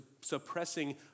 suppressing